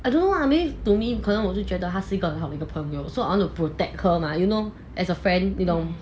I don't know what I mean to me 可能我就觉得她是个很好的一个朋友 so I want to protect her mah you know as a friend you know